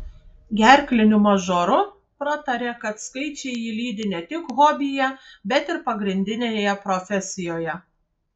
gerkliniu mažoru pratarė kad skaičiai jį lydi ne tik hobyje bet ir pagrindinėje profesijoje